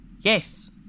Yes